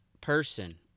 person